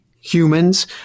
humans